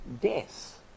death